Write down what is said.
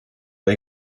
dei